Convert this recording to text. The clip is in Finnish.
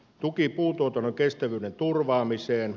tuki puutuotannon kestävyyden turvaamiseen